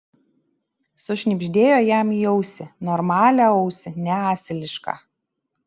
sušnibždėjo jam į ausį normalią ausį ne asilišką